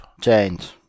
change